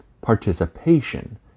participation